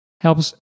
helps